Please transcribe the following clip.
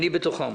כשאני בתוכם.